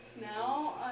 Now